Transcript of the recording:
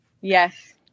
Yes